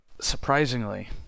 Surprisingly